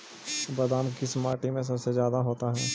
बादाम किस माटी में सबसे ज्यादा होता है?